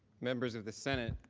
members of the senate,